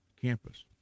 campus